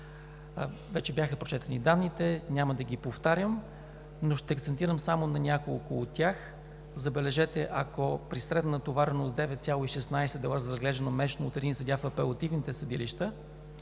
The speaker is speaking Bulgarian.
Вече бяха прочетени данните, няма да ги повтарям, но ще акцентирам само на няколко от тях. Забележете, ако при средна натовареност 9,16 дела за разглеждане месечно от един съдия в апелативните съдилища,